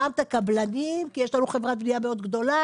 גם את הקבלנים כי יש לנו חברת בנייה מאוד גדולה,